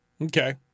Okay